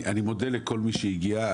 אני מודה לכל מי שהגיע.